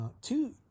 two